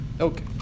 Okay